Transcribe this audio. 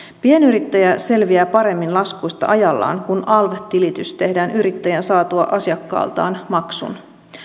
pienyrittäjä selviää paremmin laskuista ajallaan kun alv tilitys tehdään yrittäjän saatua asiakkaaltaan maksun